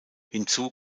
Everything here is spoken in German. hinzu